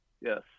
Yes